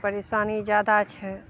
परेशानी जादा छै